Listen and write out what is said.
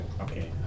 Okay